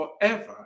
forever